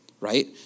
right